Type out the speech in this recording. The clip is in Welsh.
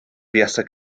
fuasai